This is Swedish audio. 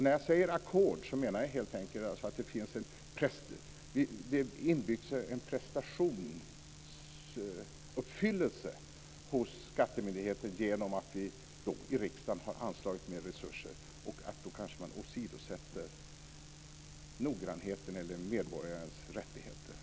När jag säger ackord menar jag helt enkelt att det finns en prestationsuppfyllelse inbyggd hos skattemyndigheten genom att vi i riksdagen har anslagit mer resurser, och då kanske man åsidosätter noggrannheten eller medborgarens rättigheter.